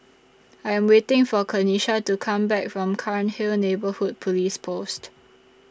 I Am waiting For Kenisha to Come Back from Cairnhill Neighbourhood Police Post